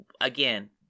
again—